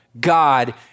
God